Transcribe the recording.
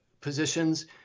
positions